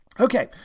Okay